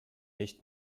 nicht